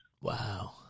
Wow